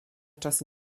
czasy